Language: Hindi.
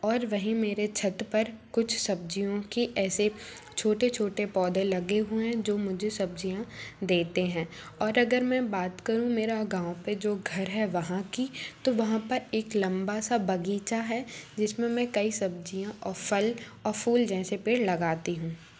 और वहीं मेरे छत्त पर कुछ सब्ज़ियों की ऐसे छोटे छोटे पौधे लगे हुए हैं जो मुझे सब्ज़ियाँ देते हैं और अगर मैं बात करूँ मेरा गाँव पर जो घर है तो वहाँ की तो वहाँ पर एक लम्बा सा बग़ीचा है जिस में मैं कई सब्ज़ियाँ औ फल औ फूल जैसे पेड़ लगाती हूँ